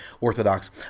Orthodox